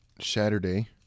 Saturday